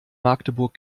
magdeburg